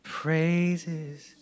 praises